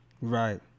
right